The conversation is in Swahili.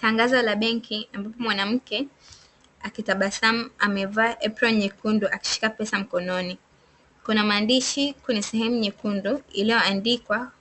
Tangazo la benki, ambapo mwanamke akitabasamu, amevaa aproni nyekundu akishika pesa mkononi. Kuna maandishi kwenye sehemu nyekundu iliyoandikwa